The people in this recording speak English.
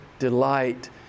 delight